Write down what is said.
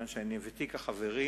מכיוון שאני ותיק החברים,